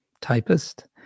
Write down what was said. typist